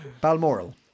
Balmoral